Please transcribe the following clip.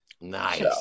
Nice